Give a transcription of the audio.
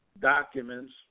documents